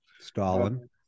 Stalin